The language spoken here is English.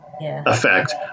Effect